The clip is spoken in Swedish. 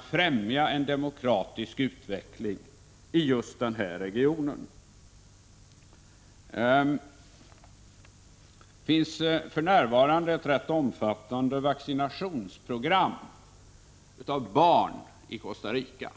främja en demokratisk utveckling i just denna region. Det finns ett rätt omfattande program för vaccination av barn i Costa Rica.